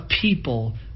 people